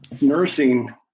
nursing